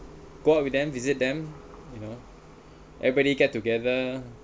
go out with them is it them everybody get together